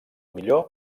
millor